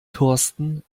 thorsten